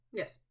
yes